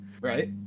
Right